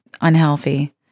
unhealthy